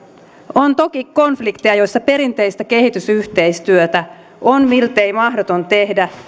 on toki konflikteja joissa perinteistä kehitysyhteistyötä on miltei mahdoton tehdä